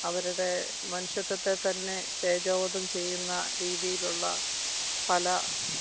അവരുടെ മനുഷ്യത്വത്തെ തന്നെ തേജോവധം ചെയ്യുന്ന രീതിയിലുള്ള പല